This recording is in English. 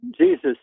Jesus